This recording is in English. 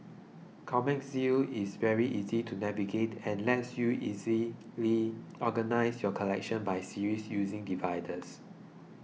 Comic Zeal is very easy to navigate and lets you easily organise your collection by series using dividers